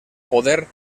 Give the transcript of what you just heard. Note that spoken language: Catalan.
poder